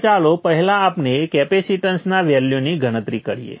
હવે ચાલો પહેલા આપણે કેપેસીટન્સના વેલ્યુની ગણતરી કરીએ